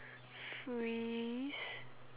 three